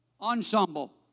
Ensemble